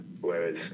whereas